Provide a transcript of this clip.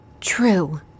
True